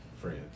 Friends